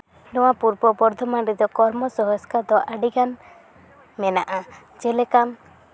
ᱱᱚᱣᱟ ᱯᱩᱨᱵᱚ ᱵᱚᱨᱫᱷᱚᱢᱟᱱ ᱨᱮᱫᱚ ᱠᱚᱨᱢᱚ ᱥᱚᱝᱥᱛᱷᱟᱱ ᱫᱚ ᱟᱹᱰᱤᱜᱟᱱ ᱢᱮᱱᱟᱜᱼᱟ ᱡᱮᱞᱮᱠᱟ